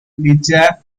liza